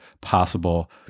possible